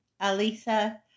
Alisa